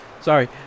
Sorry